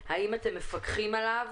האם אתם מפקחים עליו